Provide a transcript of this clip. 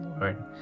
Lord